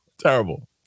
Terrible